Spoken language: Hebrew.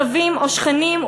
סבים או שכנים,